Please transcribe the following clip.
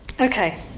Okay